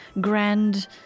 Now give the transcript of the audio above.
grand